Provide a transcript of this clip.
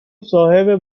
صاحب